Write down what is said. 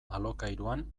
alokairuan